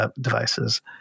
devices